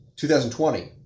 2020